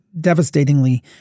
devastatingly